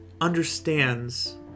understands